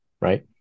right